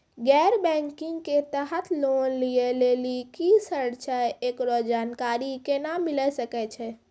गैर बैंकिंग के तहत लोन लए लेली की सर्त छै, एकरो जानकारी केना मिले सकय छै?